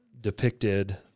depicted